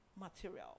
material